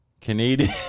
Canadian